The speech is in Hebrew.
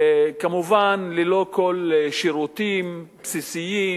כמובן ללא כל שירותים בסיסיים,